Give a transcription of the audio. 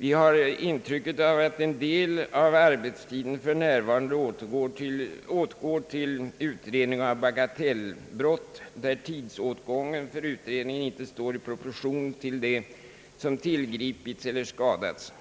Vi har ett intryck av att en del av arbetstiden för närvarande åtgår till utredning av bagatellbrott, där tidsåtgång Anslag till lokala polisorganisationen en för utredningen inte står i proportion till det som tillgripits eller skadats.